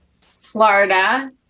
Florida